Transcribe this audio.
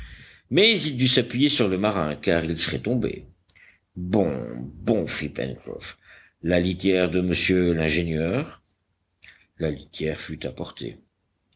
mais il dut s'appuyer sur le marin car il serait tombé bon bon fit pencroff la litière de monsieur l'ingénieur la litière fut apportée